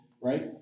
right